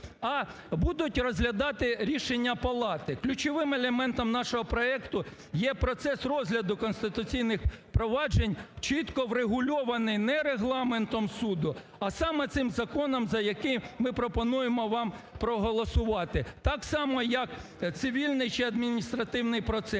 а будуть розглядати рішення палати. Ключовим елементом нашого проекту є процес розгляду Конституційних проваджень, чітко врегульоване не регламентом суду, а саме цим законом, за який ми пропонуємо вам проголосувати. Так само, як цивільний чи адміністративний процес: